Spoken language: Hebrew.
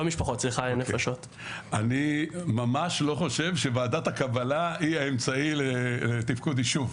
אני ממש לא חושב שוועדת הקבלה היא האמצעי לתפקוד יישוב,